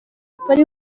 polly